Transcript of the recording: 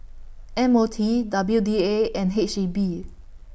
M O T W D A and H E B